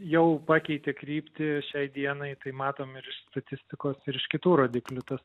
jau pakeitė kryptį šiai dienai tai matom ir statistikos ir iš kitų rodiklių tas